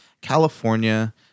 California